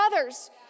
others